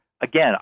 again